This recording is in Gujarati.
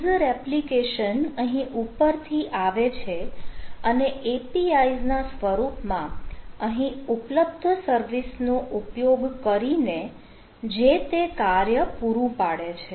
યુઝર એપ્લિકેશન અહીં ઉપરથી આવે છે અને APIs ના સ્વરૂપમાં અહીં ઉપલબ્ધ સર્વિસનો ઉપયોગ કરીને જે તે કાર્ય પૂરું પાડે છે